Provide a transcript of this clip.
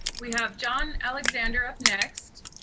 we have john alexander up next,